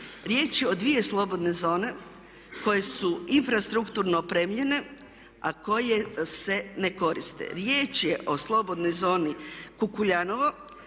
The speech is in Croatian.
Riječ je o dvije slobodne zone koje su infrastrukturno opremljene, a koje se ne koriste. Riječ je o slobodnoj zoni Kukuljanovo